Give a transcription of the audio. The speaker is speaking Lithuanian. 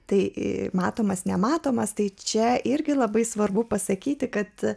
tai matomas nematomas tai čia irgi labai svarbu pasakyti kad